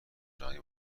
جهانی